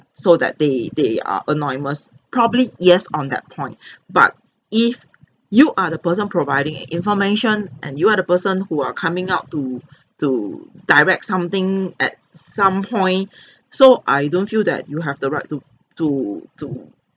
so that they they are anonymous probably yes on that point but if you are the person providing information and you are the person who are coming out to to direct something at some point so I don't feel that you have the right to to to